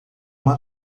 uma